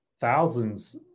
thousands